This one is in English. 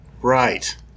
right